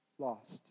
lost